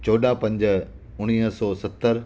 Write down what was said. चोॾहं पंज उणिवीह सौ सतरि